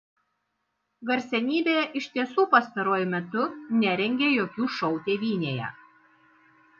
garsenybė iš tiesų pastaruoju metu nerengė jokių šou tėvynėje